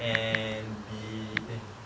and be eh